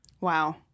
Wow